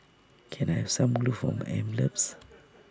can I have some glue for my envelopes